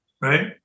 right